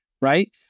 right